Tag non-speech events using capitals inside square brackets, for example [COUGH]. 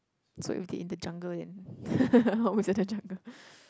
so if they in the jungle then [LAUGHS] what's with the jungle